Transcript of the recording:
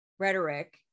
rhetoric